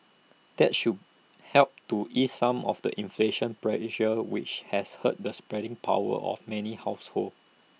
that should help to ease some of the inflation pressure which has hurt the spending power of many households